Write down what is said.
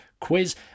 quiz